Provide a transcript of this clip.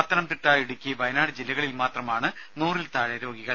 പത്തനംതിട്ട ഇടുക്കി വയനാട് ജില്ലകളിൽ മാത്രമാണ് നൂറിൽ താഴെ രോഗികൾ